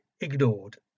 ignored